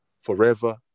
forever